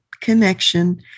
connection